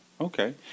Okay